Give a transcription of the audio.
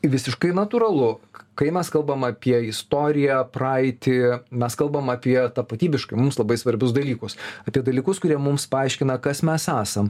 visiškai natūralu kai mes kalbam apie istoriją praeitį mes kalbam apie tapatybiškai mums labai svarbius dalykus apie dalykus kurie mums paaiškina kas mes esam